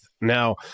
Now